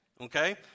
Okay